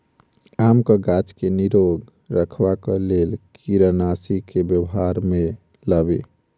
आमक गाछ केँ निरोग रखबाक लेल केँ कीड़ानासी केँ व्यवहार मे लाबी?